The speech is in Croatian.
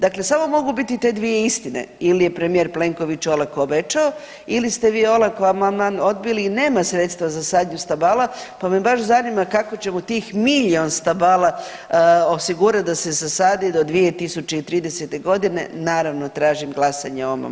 Dakle samo mogu biti te dvije istine, ili je premijer Plenković olako obećao ili ste vi olako amandman odbili i nema sredstva za sadnju stabala pa me baš zanima kako ćemo tih milijun stabala osigurati da se zasadi do 2030. g. Naravno, tražim glasanje o ovom amandmanu.